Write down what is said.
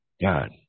God